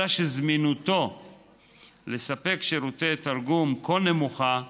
אלא שזמינותו לספק שירותי תרגום כה נמוכה,